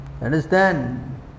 understand